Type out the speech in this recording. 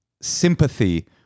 sympathy